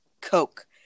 Coke